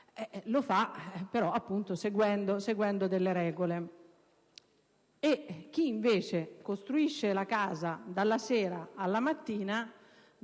lo fa però seguendo appunto delle regole; chi invece costruisce la casa dalla sera alla mattina,